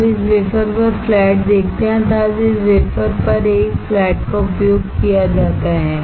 आप इस वेफर पर फ्लैट देखते हैं अर्थात इस वेफर पर एक फ्लैट का उपयोग किया जाता है